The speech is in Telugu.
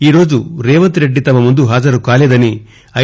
ఈరోజు రేవంత్రెడ్డి తమ ముందు హాజరుకాలేదని ఐ